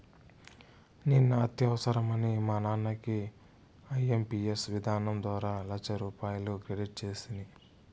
నిన్న అత్యవసరమని మా నాన్నకి ఐఎంపియస్ విధానం ద్వారా లచ్చరూపాయలు క్రెడిట్ సేస్తిని